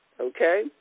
Okay